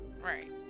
Right